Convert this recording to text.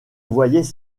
voyais